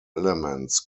elements